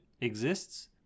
exists